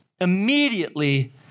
immediately